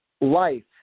life